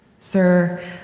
Sir